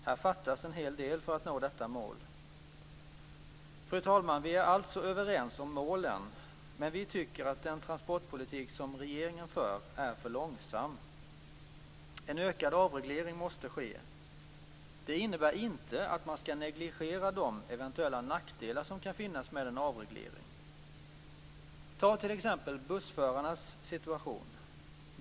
Här fattas en hel del för att nå detta mål. Fru talman! Vi är alltså överens om målen. Men vi tycker att den transportpolitik som regeringen för är för långsam. En ökad avreglering måste ske. Det innebär inte man skall negligera de eventuella nackdelar som kan finnas med en avreglering. Ta t.ex. bussförarnas situation.